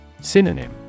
Synonym